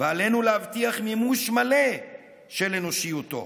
ועלינו להבטיח מימוש מלא של אנושיותו.